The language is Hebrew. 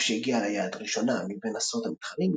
אף שהגיעה אל היעד ראשונה מבין עשרות המתחרים,